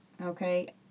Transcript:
okay